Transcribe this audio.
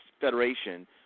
Federation